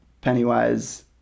pennywise